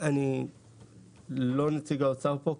אני לא נציג האוצר פה,